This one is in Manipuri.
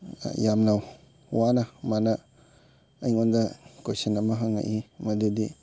ꯌꯥꯝꯅ ꯋꯥꯅ ꯃꯥꯅ ꯑꯩꯉꯣꯟꯗ ꯀꯣꯏꯁꯟ ꯑꯃ ꯍꯪꯉꯛꯏ ꯃꯗꯨꯗꯤ